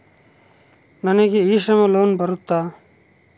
ನನಗೆ e Shram loan ಬರುತ್ತಾ?